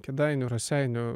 kėdainių raseinių